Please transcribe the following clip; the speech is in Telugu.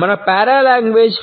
మన పారాలాంగ్వేజ్